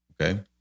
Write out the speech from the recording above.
Okay